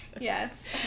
yes